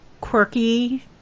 quirky